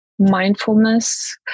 mindfulness